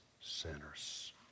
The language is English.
sinners